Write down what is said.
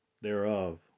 thereof